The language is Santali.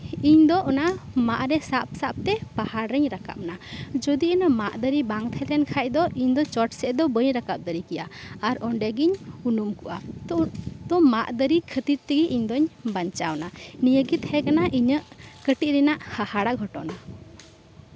ᱤᱧᱫᱚ ᱚᱱᱟ ᱢᱟᱫ ᱨᱮ ᱥᱟᱵ ᱥᱟᱵᱛᱮ ᱯᱟᱦᱟᱲ ᱨᱤᱧ ᱨᱟᱠᱟᱵᱽ ᱮᱱᱟ ᱡᱚᱫᱤ ᱚᱱᱟ ᱢᱟᱫ ᱫᱟᱨᱮ ᱵᱟᱝ ᱛᱟᱦᱮᱸ ᱞᱮᱱᱠᱷᱟᱱ ᱫᱚ ᱤᱧᱫᱚ ᱪᱚᱴ ᱥᱮᱫ ᱫᱚ ᱵᱟᱹᱧ ᱨᱟᱠᱟᱵᱽ ᱫᱟᱲᱮ ᱠᱮᱭᱟ ᱟᱨ ᱚᱸᱰᱮ ᱜᱤᱧ ᱩᱱᱩᱢ ᱠᱚᱜᱼᱟ ᱛᱳ ᱢᱟᱫ ᱫᱟᱨᱮ ᱠᱷᱟᱹᱛᱤᱨ ᱛᱮᱜᱮ ᱤᱧᱫᱚᱧ ᱵᱟᱧᱪᱟᱣ ᱮᱱᱟ ᱱᱚᱣᱟᱹᱜᱮ ᱛᱟᱦᱮᱸ ᱠᱟᱱᱟ ᱤᱧᱟᱹᱜ ᱠᱟᱹᱴᱤᱪ ᱨᱮᱱᱟᱜ ᱦᱟᱦᱟᱲᱟ ᱜᱷᱚᱴᱚᱱᱟ